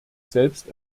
selbst